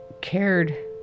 cared